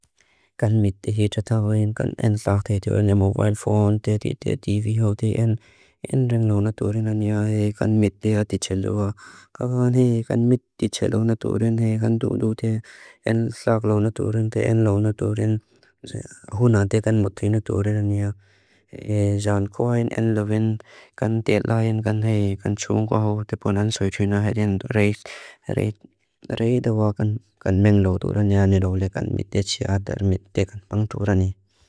Kan miti hi tʃatawin, kan en slag te tiwane mobil phone, te tiwate TV ho te en ring loonaturin anja. Kan miti atitʃeluwa kakan he, kan miti tʃeloonaturin he, kan du du te en slag loonaturin, te en loonaturin huna te kan mutrinaturin anja. Jan kuaen en lovin, kan te laen kan he, kan tʃoon kua ho, te ponan soi tʃuna he, den reit reit reit awakan kan meng loonaturin anja. Ni loole kan miti tʃiadar miti kan ang tʃurani.